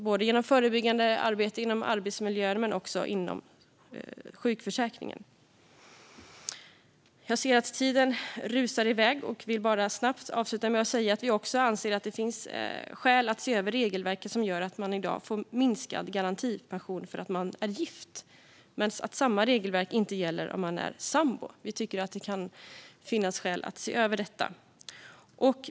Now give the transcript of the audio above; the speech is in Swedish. Det handlar om förebyggande arbete både när det gäller arbetsmiljön och inom sjukförsäkringen. Jag ser att tiden rusar iväg och vill bara snabbt avsluta med att säga att vi också anser att det finns skäl att se över det regelverk som gör att man i dag får minskad garantipension om man är gift. Samma regelverk gäller dock inte om man är sambo. Vi tycker att det kan finnas skäl att se över detta.